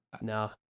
No